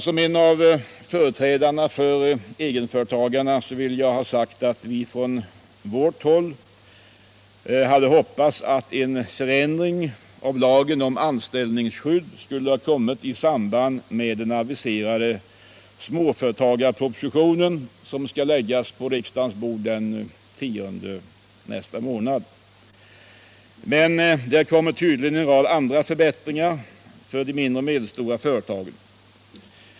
Som en av företrädarna för egenföretagarna vill jag ha sagt att vi från vårt håll hade hoppats att en förändring av lagen om anställningsskydd skulle ha kommit i samband med den aviserade småföretagarpropositionen, som skall läggas på riksdagens bord den 10 november. Men där kommer tydligen att föreslås en rad andra förbättringar för de mindre och medelstora företagen.